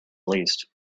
least